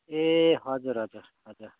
ए हजुर हजुर हजुर